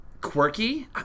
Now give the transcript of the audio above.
quirky